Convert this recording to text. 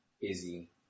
Izzy